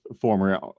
former